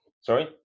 Sorry